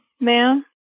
Ma'am